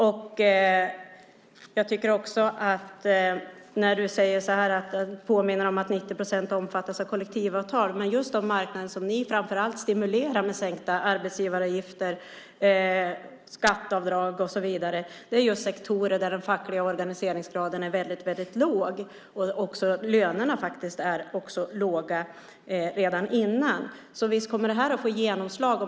Du säger att du vill påminna om att 90 procent omfattas av kollektivavtal. Den marknad som ni framför allt stimulerar med sänkta arbetsgivaravgifter, skatteavdrag och så vidare är just sektorer där den fackliga organiseringsgraden är väldigt låg och där lönerna är låga redan innan. Visst kommer det här att få genomslag.